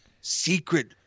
secret